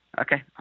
Okay